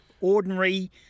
ordinary